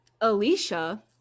Alicia